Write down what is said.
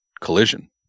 Collision